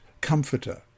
comforter